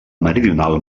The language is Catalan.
meridional